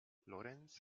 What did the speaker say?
lorenz